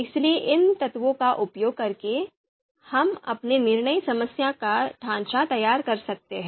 इसलिए इन तत्वों का उपयोग करके हम अपनी निर्णय समस्या का ढांचा तैयार कर सकते हैं